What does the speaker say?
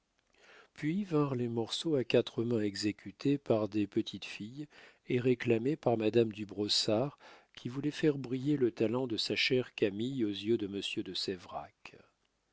puis vinrent les morceaux à quatre mains exécutés par des petites filles et réclamés par madame du brossard qui voulait faire briller le talent de sa chère camille aux yeux de monsieur de